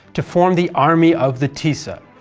to form the army of the tisza.